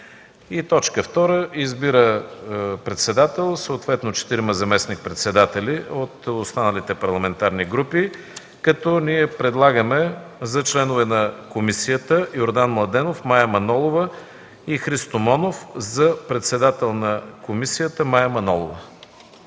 група. 2. Избира председател, съответно четирима заместник-председатели от останалите парламентарни групи“. Ние предлагаме за членове на комисията: Йордан Младенов, Мая Манолова и Христо Монов. За председател на комисията – Мая Манолова,